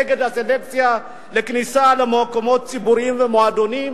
נגד סלקציה בכניסה למקומות ציבוריים ומועדונים,